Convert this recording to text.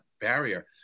barrier